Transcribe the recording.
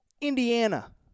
Indiana